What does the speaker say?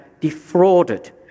defrauded